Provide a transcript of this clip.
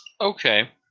Okay